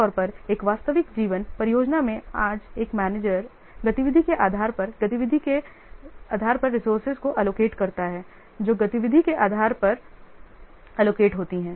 आम तौर पर एक वास्तविक जीवन परियोजना में आज एक मैनेजर गतिविधि के आधार पर गतिविधि के आधार पर रिसोर्सेज को एलोकेट करता है